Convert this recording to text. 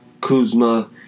Kuzma